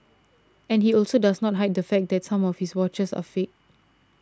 and he also does not hide the fact that some of his watches are fakes